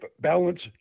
balance